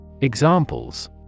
Examples